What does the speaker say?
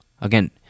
again